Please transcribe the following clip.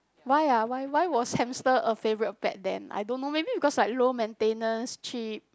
why ah why why was hamster a favourite pet then I don't know maybe because like low maintenance cheap